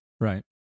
Right